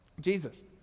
Jesus